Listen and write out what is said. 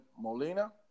Molina